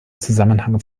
zusammenhang